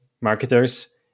marketers